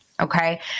Okay